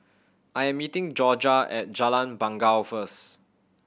I am meeting Jorja at Jalan Bangau first